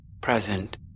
present